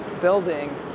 building